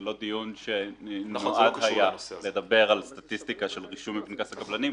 זה לא דיון שנועד לדבר על סטטיסטיקה של רישום בפנקס הקבלנים,